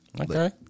Okay